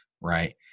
right